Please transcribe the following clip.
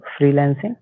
freelancing